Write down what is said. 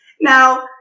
Now